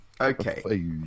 Okay